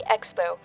Expo